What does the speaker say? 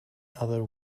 other